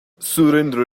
surrender